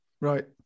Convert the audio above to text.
Right